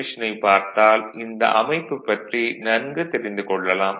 மெஷினைப் பார்த்தால் இந்த அமைப்பு பற்றி நன்கு தெரிந்து கொள்ளலாம்